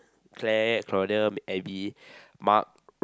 Claire Claudia Abby Mark